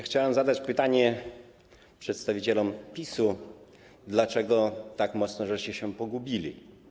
Chciałem zadać pytanie przedstawicielom PiS-u, dlaczego tak mocno się pogubiliście.